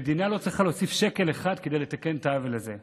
המדינה לא צריכה להוסיף שקל אחד כדי לתקן את העוול הזה,